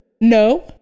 no